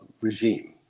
regime